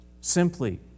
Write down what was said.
Simply